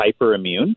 hyperimmune